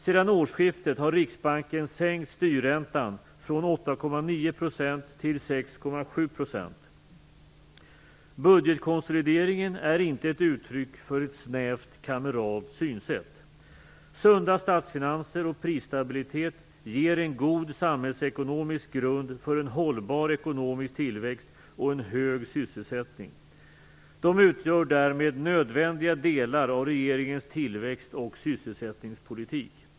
Sedan årsskiftet har riksbanken sänkt styrräntan från 8,9 % till 6,7 %. Budgetskonsolideringen är inte ett uttryck för ett snävt kameralt synsätt. Sunda statsfinanser och prisstabilitet ger en god samhällsekonomisk grund för en hållbar ekonomisk tillväxt och en hög sysselsättning. De utgör därmed nödvändiga delar av regeringens tillväxt och sysselsättningspolitik.